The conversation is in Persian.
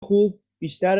خوب، بیشتر